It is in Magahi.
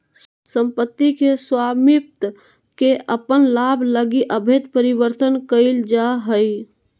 सम्पत्ति के स्वामित्व के अपन लाभ लगी अवैध परिवर्तन कइल जा हइ